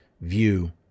view